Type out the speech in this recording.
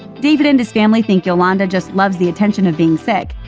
david and his family think yolanda just loves the attention of being sick.